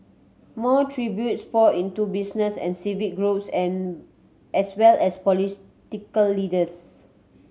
more tributes poured into business and civic groups and as well as political leaders